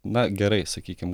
na gerai sakykim